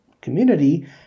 community